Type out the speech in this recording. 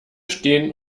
stehen